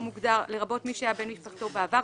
מוגדר: לרבות מי היה בן משפחתו בעבר.